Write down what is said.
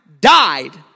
died